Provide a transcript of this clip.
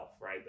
right